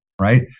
right